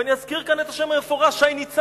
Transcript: ואני אזכיר כאן את השם המפורש, שי ניצן,